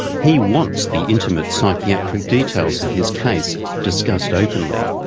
he wants the intimate psychiatric details of his case discussed openly.